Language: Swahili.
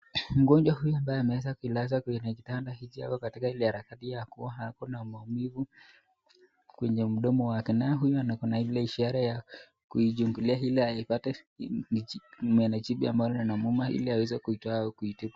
Mgonjwa huyu ambaye ameweza kulazwa kwenye kitanda hiki ako katika ile harakati ya kuwa ako na maumivu kwenye mdomo wake. Naye huyu ako na ile ishara ya kuichungulia ili aipate ni meno jipi linalo muuma ili aweze kuitoa au kuitibu.